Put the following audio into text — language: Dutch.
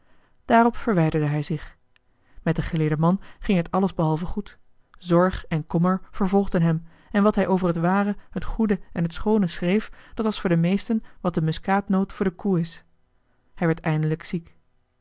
daarop verwijderde hij zich met den geleerden man ging het alles behalve goed zorg en kommer vervolgden hem en wat hij over het ware het goede en het schoone schreef dat was voor de meesten wat de muskaatnoot voor de koe is hij werd eindelijk ziek